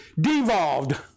devolved